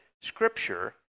scripture